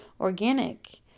organic